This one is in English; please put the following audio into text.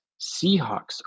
Seahawks